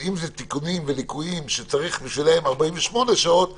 אם אלה תיקונים וליקויים שצריך בשבילם 48 שעות --- זה,